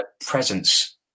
presence